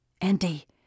Andy